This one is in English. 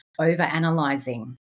overanalyzing